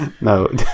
No